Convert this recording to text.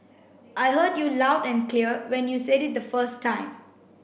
I heard you loud and clear when you said it the first time